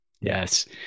Yes